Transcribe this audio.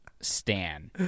Stan